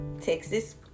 Texas